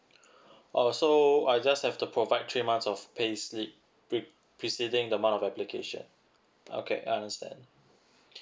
oh so I just have to provide three months of paid slip pre~ preceding the month of application okay understand